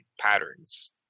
patterns